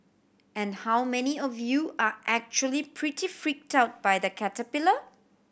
and how many of you are actually pretty freaked out by the caterpillar